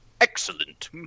Excellent